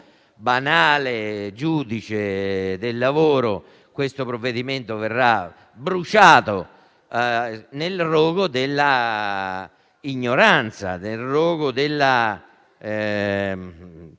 banale giudice del lavoro. E il provvedimento verrà bruciato nel rogo dell'ignoranza, nel rogo della